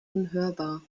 unhörbar